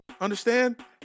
Understand